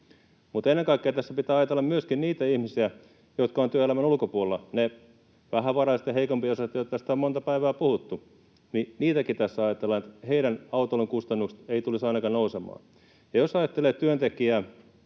Mutta ennen kaikkea tässä pitää ajatella myöskin niitä ihmisiä, jotka ovat työelämän ulkopuolella, niitä vähävaraisia ja heikompiosaisia, joista on monta päivää puhuttu. Niitäkin tässä ajatellaan, että heidän autoilukustannukset eivät tulisi ainakaan nousemaan. Jos ajattelee työntekijää,